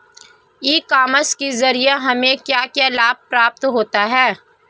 ई commerce के ज़रिए हमें क्या क्या लाभ प्राप्त होता है?